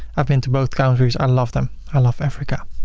i've been to both countries. i love them. i love africa.